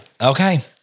Okay